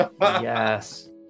Yes